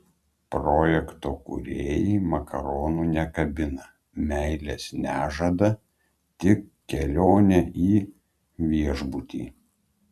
projekto kūrėjai makaronų nekabina meilės nežada tik kelionę į viešbutį